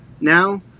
now